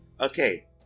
Okay